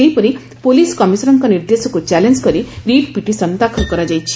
ସେହିପରି ପୁଲିସ୍ କମିଶନର୍କ ନିର୍ଦ୍ଦେଶକୁ ଚ୍ୟାଲେଞ୍ କରି ରିଟ୍ ପିଟିସନ୍ ଦାଖଲ କରାଯାଇଛି